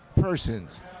persons